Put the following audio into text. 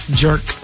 jerk